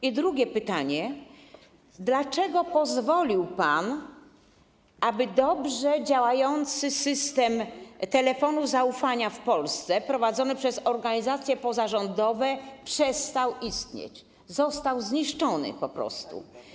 I drugie pytanie: Dlaczego pozwolił pan, aby dobrze działający system telefonu zaufania w Polsce, prowadzony przez organizacje pozarządowe, przestał istnieć, został po prostu zniszczony?